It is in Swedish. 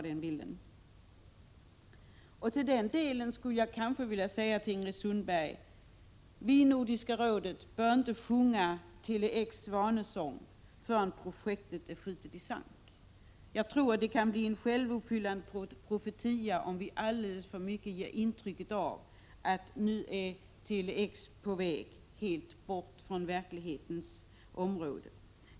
Där skulle jag vilja säga till Ingrid Sundberg att vi i Nordiska rådet inte behöver sjunga Tele-X” svanesång förrän projektet är skjutet i sank. Jag tror det kan bli en självuppfyllande profetia om vi alldeles för mycket ger intryck av att Tele-X” är på väg bort från verkligheten.